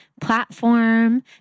platform